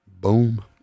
Boom